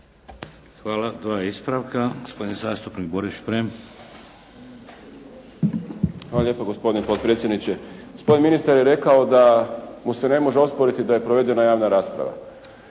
Hvala. Dva ispravka. Gospodin zastupnik Boris Šprem. **Šprem, Boris (SDP)** Hvala lijepa gospodine potpredsjedniče. Gospodin ministar je rekao da mu se ne može osporiti da je provedena javna rasprava.